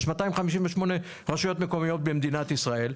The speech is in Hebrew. יש 258 רשויות מקומיות במדינת ישראל.